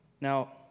Now